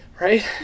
Right